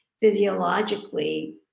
physiologically